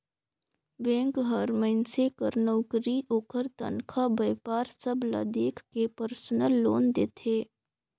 bank हर मइनसे कर नउकरी, ओकर तनखा, बयपार सब ल देख के परसनल लोन देथे